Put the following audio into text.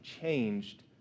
changed